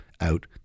Out